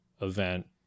event